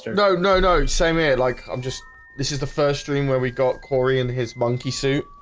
no, no no same here like i'm just this is the first stream where we got cory in his monkey suit,